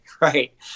Right